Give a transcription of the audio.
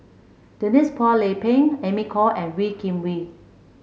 Denise Phua Lay Peng Amy Khor and Wee Kim Wee